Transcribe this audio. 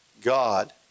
God